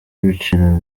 ibiciro